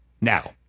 Now